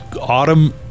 autumn